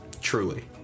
truly